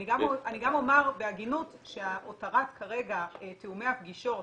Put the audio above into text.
אני גם אומר בהגינות שהותרת תיאומי הפגישות